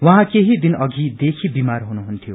उहाँ केही दनिदेखि बिमार हुनुहुन्थ्यो